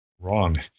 wrong